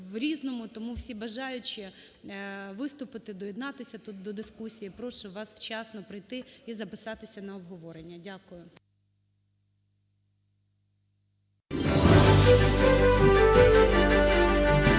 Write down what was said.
Тому всі бажаючі виступити, доєднатися тут до дискусії, прошу вас вчасно прийти і записатися на обговорення. Дякую.